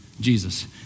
Jesus